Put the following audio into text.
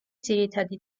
ძირითადი